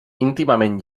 íntimament